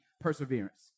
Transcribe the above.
perseverance